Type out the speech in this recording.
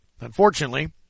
unfortunately